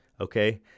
Okay